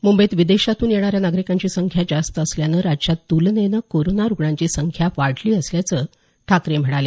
मुंबईत विदेशातून येणाऱ्या नागरिकांची संख्या जास्त असल्यानं राज्यात तुलनेनं कोरोना रुग्णांची संख्या वाढली असल्याचं ठाकरे म्हणाले